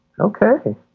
okay